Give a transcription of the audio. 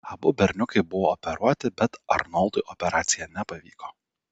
abu berniukai buvo operuoti bet arnoldui operacija nepavyko